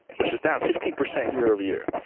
which is down fifteen percent year over year.